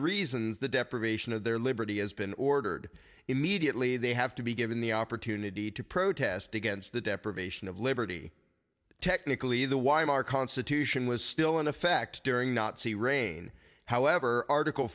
reasons the deprivation of their liberty has been ordered immediately they have to be given the opportunity to protest against the deprivation of liberty technically the y our constitution was still in effect during nazi reign however article